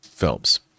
Films